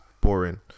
boring